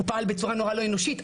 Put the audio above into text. הוא פעל בצורה נורא לא אנושית,